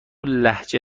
لهجه